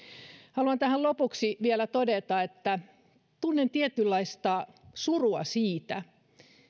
haluan tähän lopuksi vielä todeta että tunnen tietynlaista surua siitä